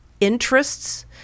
interests